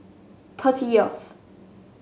thirtieth